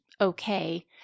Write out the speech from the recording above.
okay